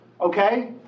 okay